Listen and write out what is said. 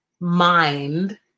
mind